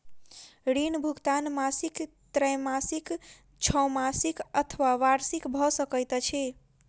ऋण भुगतान मासिक त्रैमासिक, छौमासिक अथवा वार्षिक भ सकैत अछि